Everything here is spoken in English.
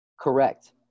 Correct